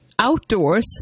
Outdoors